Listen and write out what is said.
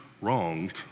wronged